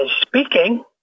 speaking